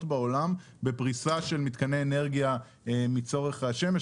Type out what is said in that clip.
בעולם בפריסה של מתקני אנרגיה מצורך השמש.